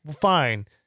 fine